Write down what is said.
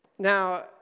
Now